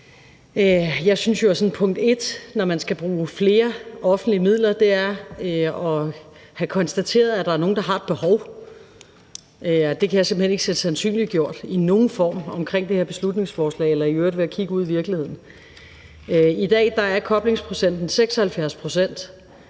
man, når man skal bruge flere offentlige midler, først skal kunne konstatere, at der er nogle, der har et behov, og det kan jeg simpelt hen ikke se sandsynliggjort på nogen måde omkring det her beslutningsforslag eller i øvrigt ved at kigge ud i virkeligheden. I dag er koblingsprocenten 76.